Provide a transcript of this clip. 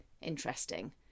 interesting